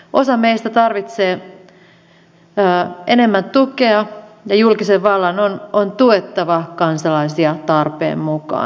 osa meistä tarvitsee enemmän tukea ja julkisen vallan on tuettava kansalaisia tarpeen mukaan